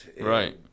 right